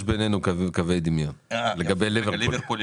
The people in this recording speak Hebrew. יש בינינו קווי דמיון לגבי ליברפול.